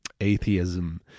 atheism